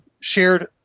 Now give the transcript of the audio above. shared